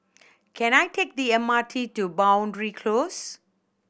can I take the M R T to Boundary Close